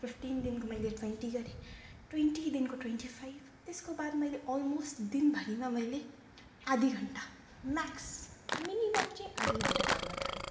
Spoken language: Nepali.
फिफ्टिनदेखिनको मैले ट्वेन्टी गरेँ ट्वेन्टीदेखिको ट्वेन्टी फाइभ त्यसको बाद मैले अलमोस्ट दिनभरिमा मैले आधा घन्टा म्याक्स मिनिमम् चाहिँ आधा घन्टा गर्न थालेँ